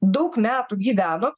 daug metų gyvenot